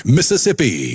Mississippi